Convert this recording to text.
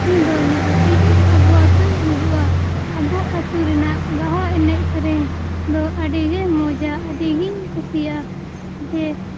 ᱤᱧ ᱫᱚ ᱱᱤᱦᱟᱹᱛ ᱜᱮ ᱟᱵᱚ ᱟᱹᱛᱩᱧ ᱦᱤᱡᱩᱜᱼᱟ ᱟᱵᱚ ᱟᱹᱛᱩ ᱨᱮᱱᱟᱜ ᱵᱟᱦᱟ ᱮᱱᱮᱡ ᱥᱮᱨᱮᱧ ᱫᱚ ᱟᱹᱰᱤᱜᱮ ᱢᱚ ᱡᱟ ᱟᱨ ᱟᱹᱰᱤᱜᱤᱧ ᱠᱩᱥᱤᱭᱟᱜᱼᱟ ᱡᱮ